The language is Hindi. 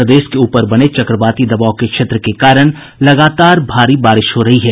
प्रदेश के ऊपर बने चक्रवाती दबाव के क्षेत्र के कारण लगातार बारिश हो रही है